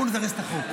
בואו נזרז את החוק,